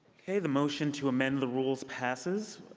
okay. the motion to amend the rules passes.